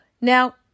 Now